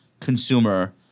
consumer